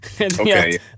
Okay